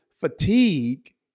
Fatigue